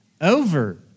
over